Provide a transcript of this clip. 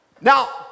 Now